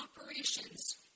operations